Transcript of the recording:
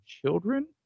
children